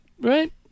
right